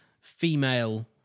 female